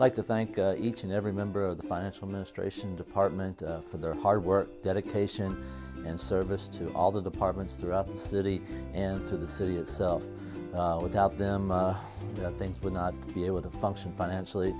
like to thank each and every member of the financial ministration department for their hard work dedication and service to all the apartments throughout the city and to the city itself without them things would not be able to function financially